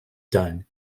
done